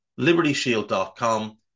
libertyshield.com